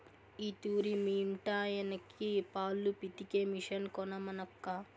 ఈ తూరి మీ ఇంటాయనకి పాలు పితికే మిషన్ కొనమనక్కా